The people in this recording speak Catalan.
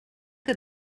que